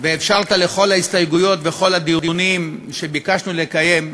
ואפשרת לכל ההסתייגויות בכל הדיונים שביקשנו לקיים,